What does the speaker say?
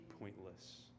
pointless